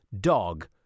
dog